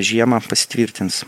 žiemą pasitvirtins